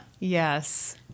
Yes